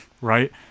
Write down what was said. Right